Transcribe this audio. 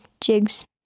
Jigs